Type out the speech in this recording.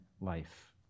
life